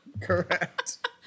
Correct